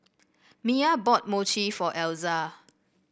Mya bought Mochi for Elza